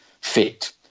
fit